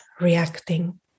reacting